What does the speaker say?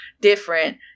different